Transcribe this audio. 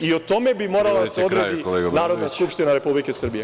O tome bi morala da se odredi Narodna skupština Republike Srbije.